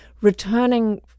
returning